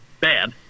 bad